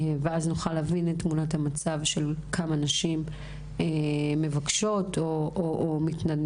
אז נוכל להבין את תמונת המצב של נשים המבקשות או מתנדנדות.